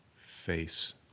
face